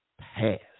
past